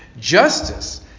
Justice